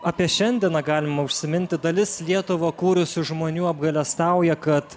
apie šiandieną galima užsiminti dalis lietuvą kūrusių žmonių apgailestauja kad